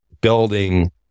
building